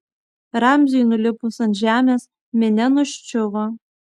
ramziui nulipus ant žemės minia nuščiuvo